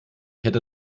hätte